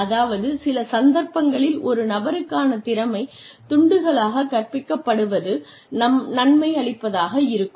அதாவது சில சந்தர்ப்பங்களில் ஒரு நபருக்கான திறமை துண்டுகளாகக் கற்பிக்கப்படுவது நன்மை அளிப்பதாக இருக்கும்